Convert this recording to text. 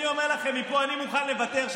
אני אומר לכם מפה: אני מוכן לוותר,